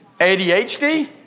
ADHD